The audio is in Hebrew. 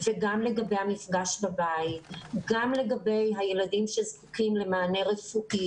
גם לגבי המפגש בבית וגם לגבי הילדים שזקוקים למענה רפואי.